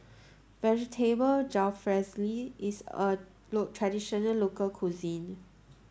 Vegetable Jalfrezi is a traditional local cuisine